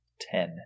Ten